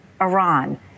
Iran